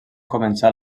començar